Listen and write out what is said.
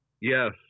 Yes